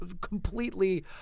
completely